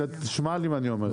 דוד תשמע מה אני אומר לך.